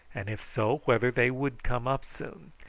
and if so whether they would come up soon.